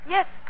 Yes